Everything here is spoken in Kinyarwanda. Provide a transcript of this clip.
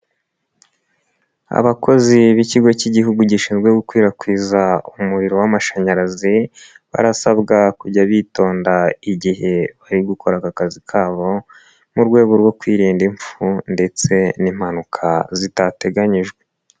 Abakozi b'ikigo cy'Igihugu gishinzwe gukwirakwiza umuriro w'amashanyarazi barasabwa kujya bitonda igihe bari gukora aka kazi kabo mu rwego rwo kwirinda impfu ndetse n'impanuka zitateganyijwe.